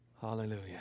Hallelujah